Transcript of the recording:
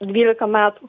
dvylika metų